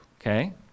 Okay